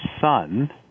son